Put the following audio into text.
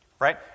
right